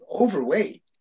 overweight